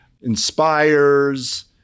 inspires